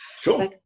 Sure